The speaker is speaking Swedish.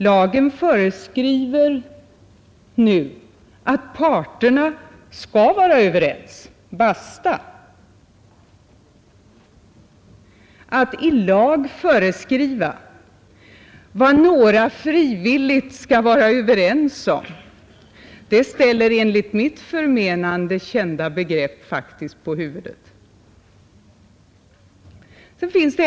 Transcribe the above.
Lagen föreskriver nu att parterna alltså skall vara överens, basta. Att i lag föreskriva vad några frivilligt skall vara överens om ställer faktiskt enligt mitt förmenande kända begrepp på huvudet.